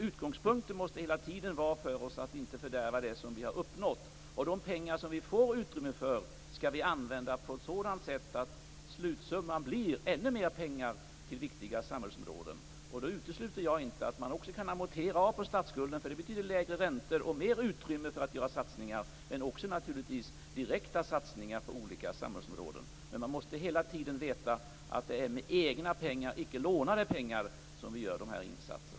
Utgångspunkten måste hela tiden vara att inte fördärva det som vi har uppnått. De pengar vi får utrymme för skall vi använda på ett sådant sätt att slutresultatet blir ännu mer pengar till viktiga samhällsområden. Då utesluter jag inte att man också kan amortera av på statsskulden, för det betyder lägre räntor och mer utrymme för satsningar, men det är naturligtvis också möjligt med direkta satsningar på olika samhällsområden. Vi måste ändå hela tiden veta att det är med egna pengar, icke lånade, som vi gör de här insatserna.